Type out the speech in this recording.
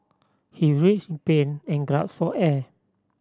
he writhed in pain and gasped for air